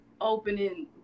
opening